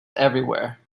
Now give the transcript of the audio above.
everywhere